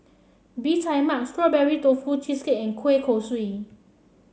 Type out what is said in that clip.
Bee Tai Mak Strawberry Tofu Cheesecake and Kueh Kosui